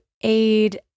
aid